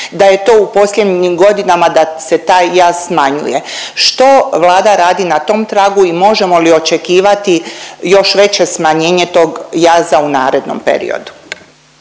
da je to u posljednjim godinama da se taj jaz smanjuje. Što Vlada radi na tom tragu i možemo li očekivati još veće smanjenje tog jaza u narednom periodu?